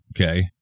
okay